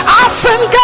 awesome